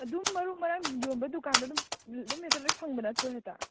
ꯑꯗꯨꯝ ꯃꯔꯨ ꯃꯔꯥꯡ ꯌꯣꯟꯕ ꯗꯨꯀꯥꯟꯗ ꯑꯗꯨꯝ ꯑꯗꯨꯝ ꯍꯦꯛꯇ ꯂꯣꯏ ꯐꯪꯕ ꯅꯠꯇ꯭ꯔꯣ ꯍꯦꯛꯇ